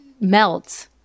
melt